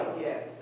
yes